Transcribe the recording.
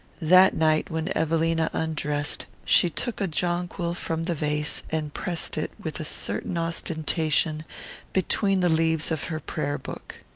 that night when evelina undressed she took a jonquil from the vase and pressed it with a certain ostentation between the leaves of her prayer-book.